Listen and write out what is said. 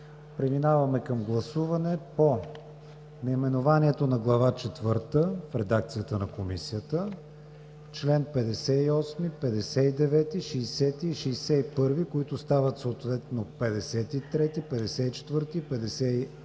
Преминаваме към гласуване на наименованието на Глава четвърта в редакцията на Комисията; чл. 58, 59, 60 и 61, които стават съответно чл. 53, 54,